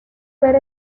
ver